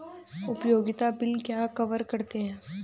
उपयोगिता बिल क्या कवर करते हैं?